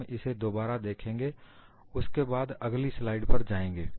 हम इसे दोबारा देखेंगे और उसके बाद अगली स्लाइड पर जाएंगे